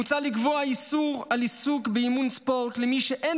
מוצע לקבוע איסור על עיסוק באימון ספורט למי שאין